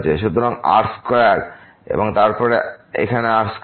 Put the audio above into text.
সুতরাং r square এবং তারপর এখানে r স্কয়ার